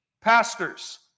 pastors